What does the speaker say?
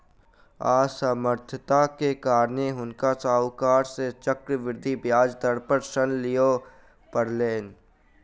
असमर्थता के कारण हुनका साहूकार सॅ चक्रवृद्धि ब्याज दर पर ऋण लिअ पड़लैन